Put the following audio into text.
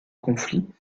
conflit